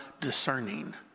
discerning